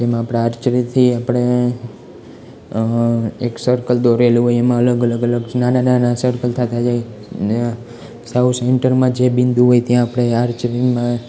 જેમ આપણે આર્ચરીથી આપણે એક સર્કલ દોરેલું હોય એમાં અલગ અલગ અલગ નાના નાના સર્કલ થતા જાય અને સાવ સેન્ટરમાં જે બિંદુ હોય ત્યાં આપણે આર્ચરીમાં